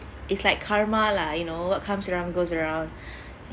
it's like karma lah you know what comes around goes around